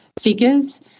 figures